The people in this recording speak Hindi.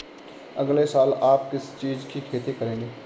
अगले साल आप किस चीज की खेती करेंगे?